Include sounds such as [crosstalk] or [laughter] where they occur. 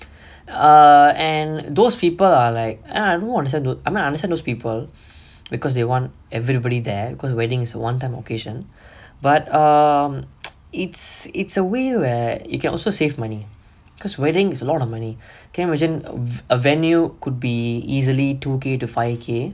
uh and those people are like uh I don't understand uh I mean I understand those people because they want everybody there because weddings one time occasion but um [noise] it's it's a way where you can also save money because wedding is a lot of money can you imagine a venue could be easily two K to five K